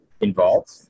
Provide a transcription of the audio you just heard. involved